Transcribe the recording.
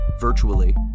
virtually